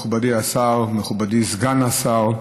מכובדי השר, מכובדי סגן השר,